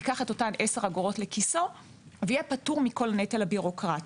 ייקח אותן 10 אגורות לכיסו ויהיה פטור מכל נטל בירוקרטי.